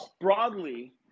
broadly